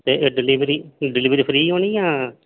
अच्छा ते delivery free होनी जां